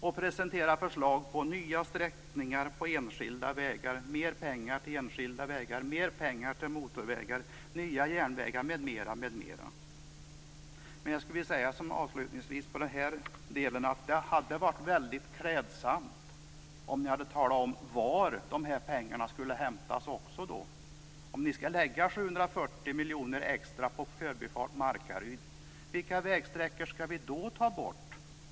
Man presenterar nya sträckningar på enskilda vägar, man vill ha mer pengar till enskilda vägar, till motorvägar, till nya järnvägar, m.m. Som avslutning vill jag säga att det hade varit väldigt klädsamt om ni hade talat om var dessa pengar kunde hämtas. Om ni skall lägga 740 miljoner extra på en förbifart vid Markaryd, vilka vägsträckor skall då tas bort?